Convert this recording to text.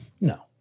No